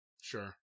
Sure